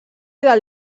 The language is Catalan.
del